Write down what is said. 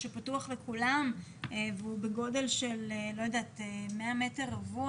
שפתוח לכולם והוא בגודל של 100 מ"ר,